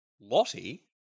Lottie